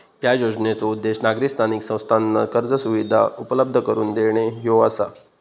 या योजनेचो उद्देश नागरी स्थानिक संस्थांना कर्ज सुविधा उपलब्ध करून देणे ह्यो आसा